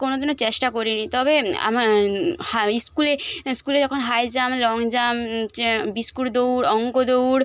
কোনো দিনও চেষ্টা করিনি তবে হাইস্কুলে স্কুলে যখন high jump long jump biscuit দৌড় অঙ্ক দৌড়